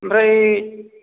ओमफ्राय